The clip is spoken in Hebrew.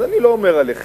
אז אני לא אומר עליכם.